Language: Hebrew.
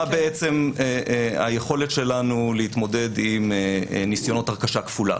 מה בעצם היכולת שלנו להתמודד עם ניסיונות הרכשה כפולה.